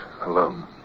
alone